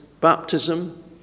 baptism